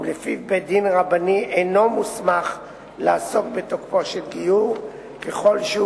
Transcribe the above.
ולפיו בית-דין רבני אינו מוסמך לעסוק בתוקפו של גיור ככל שהוא